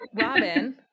Robin